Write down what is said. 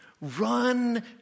run